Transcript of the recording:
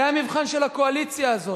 זה המבחן של הקואליציה הזאת.